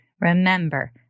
remember